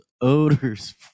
odors